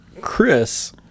Chris